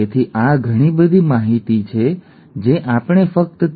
આપણે માત્ર આ નિરીક્ષણથી તે નકારી શકીએ નહીં કે તે વ્યક્તિ એલ્બિનો નથી